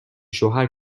شوهر